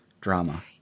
Drama